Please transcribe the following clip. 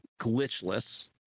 glitchless